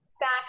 back